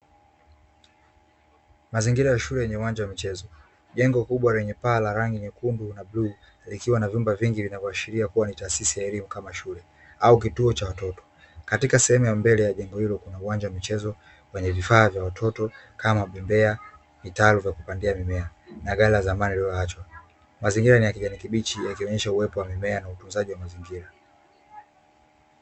Mazingira ya shule yenye uwanja wa michezo, jengo kubwa linapaa la rangi nyekundu na bluu likiwa na vyumba vingi vinavyoashiria kuwa ni taasisi ya elimu kama shule au kituo cha watoto, katika sehemu ya mbele ya jengo hilo kuna uwanja wa michezo wenye vifaa vya watoto kama bembea kitalu cha kupandia na ghala la zamani lililoachwa, mazingira ni ya kijana kibichi uwepo wa mimea.